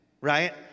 right